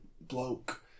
bloke